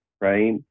right